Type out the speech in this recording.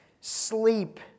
sleep